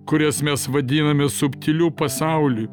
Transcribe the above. kurias mes vadiname subtiliu pasauliu